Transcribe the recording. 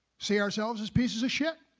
see ourselves as pieces of shit.